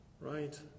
right